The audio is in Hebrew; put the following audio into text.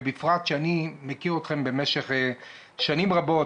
ובפרט שאני מכיר אתכם במשך שנים רבות.